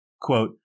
Quote